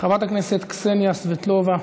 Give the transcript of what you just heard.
חברת הכנסת קסניה סבטלובה,